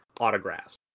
autographs